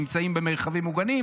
נמצאים במרחבים מוגנים,